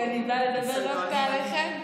כי אני באה לדבר דווקא עליכם,